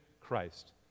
Christ